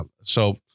So-